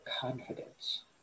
confidence